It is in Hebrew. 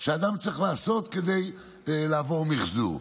שאדם צריך לעשות כדי לעבור מחזור.